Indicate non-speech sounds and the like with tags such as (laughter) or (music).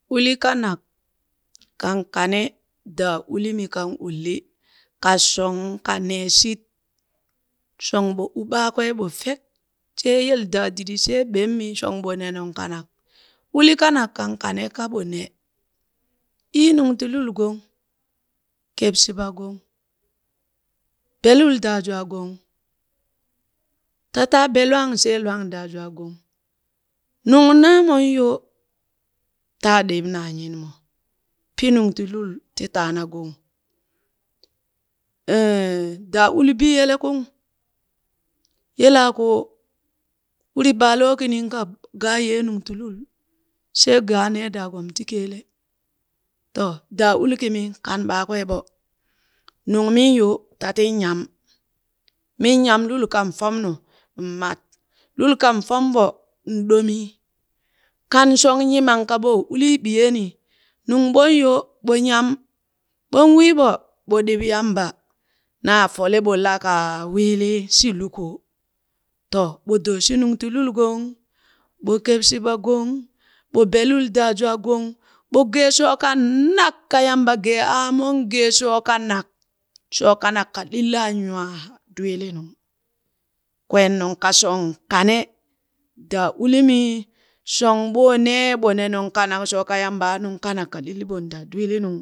Uli kanak kaŋ kane daa ulimi kan ullii, kashong ka neeshit shong ɓo u ɓakwee ɓo fek she yeledaadiɗi shee ɓemmi shong ɓo ne nuŋ kanak. Uli kanak kan kanee kaɓon nee, ii nuŋ gi lul gong, kebshiɓa gong, belul daa jwaagong, tata be lwaang shee lwang daa jwaa gong, nuŋ naamo yo, taa dib naa nyinmo, pi nuŋ ti lul ti taa na gong, (hesitation) daa uli biyelekung, yelaakoo uri baa loo kina ka gaa yee nuŋ ti lu shee gaa nee daagom ti keele, to daa uli kimi kan ɓakwee ɓo, nungmin yo tatin nyam. min nyam lulkan fomnu, mat, lul kan fomɓo, in domii, kan. shong yimang kaɓoo ulii ɓiyeeni nuŋɓon yo, ɓo nyam ɓon wiiɓo, ɓo ɗib Yamba naa foleɓo laka wiili shi lukoo, to, ɓo doo shi nuŋ ti lul gong, ɓo keb shiɓa gong, ɓo be lul daajwaa gong ɓo geeshoo kanak ka Yamba gee aa mon geeshoo kanak, shoo kanak ka ɗillaan nywaa dwiilinung kween nungka shong kane daa ullimi, shong ɓon nee ɓo ne nung kanak shooka yamba a nungkanak ka ɗilli ɓon daa dwiilinung